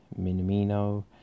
Minamino